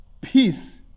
Peace